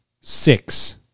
six